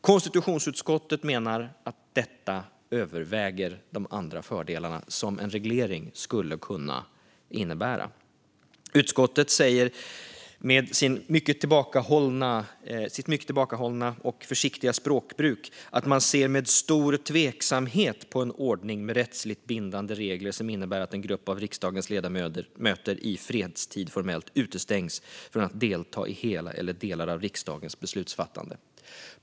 Konstitutionsutskottet menar att detta överväger de andra fördelarna som en reglering skulle kunna innebära. Utskottet säger, med sitt mycket tillbakahållna och försiktiga språkbruk, att man ser med stor tveksamhet på en ordning med rättsligt bindande regler som innebär att en grupp av riksdagens ledamöter i fredstid formellt utestängs från att delta i hela eller delar av riksdagens beslutsfattande.